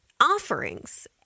offerings